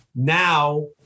Now